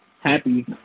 happy